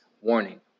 Warning